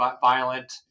violent